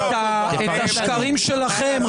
השקרים שלכם.